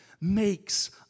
makes